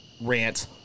rant